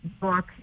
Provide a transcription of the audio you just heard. book